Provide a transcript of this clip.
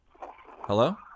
Hello